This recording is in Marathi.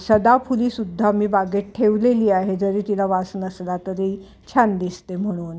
सदाफुलीसुद्धा मी बागेत ठेवलेली आहे जरी तिला वास नसला तरी छान दिसते म्हणून